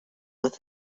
with